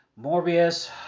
Morbius